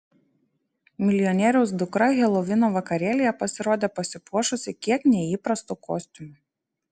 milijonieriaus dukra helovino vakarėlyje pasirodė pasipuošusi kiek neįprastu kostiumu